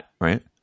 right